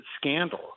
scandal